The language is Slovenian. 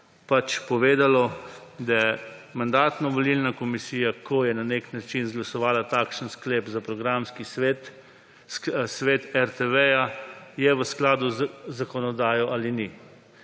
pač povedalo, da Mandatno-volilna komisija, ko je na nek način izglasovala takšen sklep za programski svet RTV, je v skladu z zakonodajo ali ni.